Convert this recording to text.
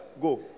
go